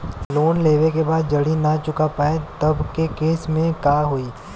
Loan लेवे के बाद जड़ी ना चुका पाएं तब के केसमे का होई?